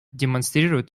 демонстрируют